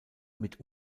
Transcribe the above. mit